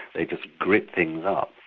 they just grit things up.